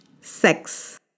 sex